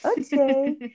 Okay